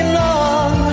long